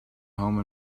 home